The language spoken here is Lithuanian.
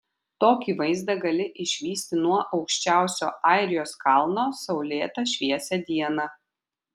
tokį vaizdą gali išvysti nuo aukščiausio airijos kalno saulėtą šviesią dieną